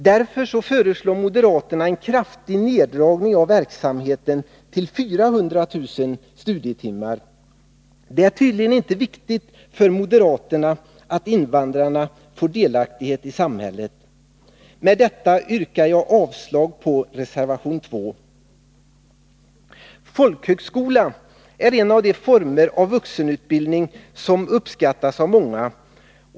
Därför föreslår de en kraftig neddragning av verksamheten till 400 000 studietimmar. Det är tydligen inte viktigt för moderaterna att invandrarna får delaktighet i samhället. Med detta yrkar jag avslag på reservation 2. Folkhögskoleverksamheten är en form av vuxenutbildning som uppskattas av många.